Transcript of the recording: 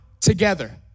together